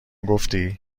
گفتی